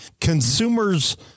consumers